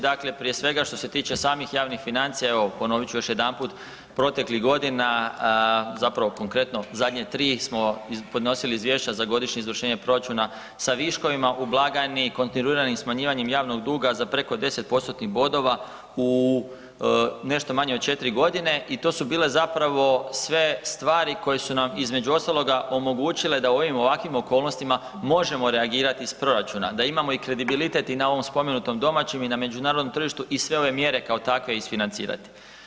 Dakle, prije svega što se tiče samih javnih financija, evo ponovit ću još jedanput, proteklih godina zapravo konkretno zadnje tri smo podnosili izvješća za godišnje izvješće proračuna sa viškovima u blagajni, kontinuiranim smanjivanjem javnog duga za preko deset postotnih bodova u nešto manje od 4 godine i to su bile sve stvari koje su nam između ostaloga omogućile da u ovim ovakvim okolnostima možemo reagirati iz proračuna, da imamo kredibilitet i na ovom spomenutom domaćem i na međunarodnom tržištu i sve ove mjere kao takve isfinancirati.